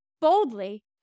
boldly